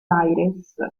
aires